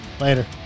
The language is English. Later